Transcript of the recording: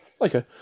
Okay